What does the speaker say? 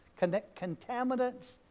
contaminants